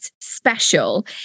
special